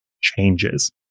changes